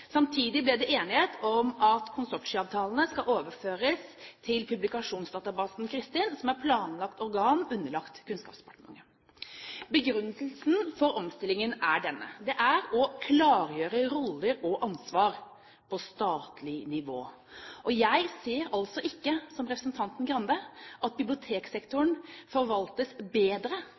Samtidig ble det enighet om at konsortieavtaler skal overføres til publikasjonsdatabasen Cristin, som er planlagt organ underlagt Kunnskapsdepartementet. Begrunnelsen for omstillingen er denne: å klargjøre roller og ansvar på statlig nivå. Jeg ser altså ikke, som representanten Skei Grande, at biblioteksektoren forvaltes bedre